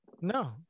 No